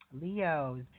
Leo's